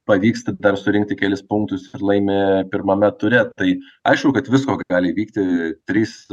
pavyksta dar surinkti kelis punktus ir laimi pirmame ture tai aišku kad visko gali įvykti trys